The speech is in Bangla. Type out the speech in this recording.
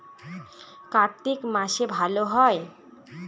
কার্তিক মাসে ভালো হয়?